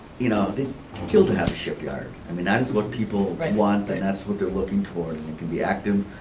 you know they killed to have a shipyard. i mean that is what people want and that's what they're looking towards and it can be active,